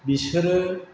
बिसोरो